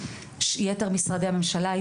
משרדי הממשלה,